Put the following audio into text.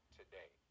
today